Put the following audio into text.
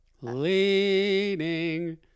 Leaning